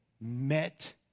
met